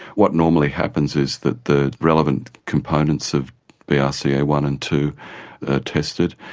what normally happens is that the relevant components of b r c a one and two are tested,